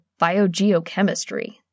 biogeochemistry